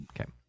Okay